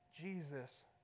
Jesus